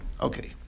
okay